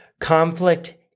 Conflict